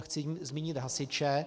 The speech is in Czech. Chci zmínit hasiče.